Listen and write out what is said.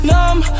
Numb